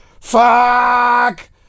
Fuck